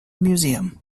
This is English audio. museum